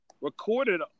recorded